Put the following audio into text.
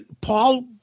Paul